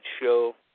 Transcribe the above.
show